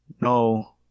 No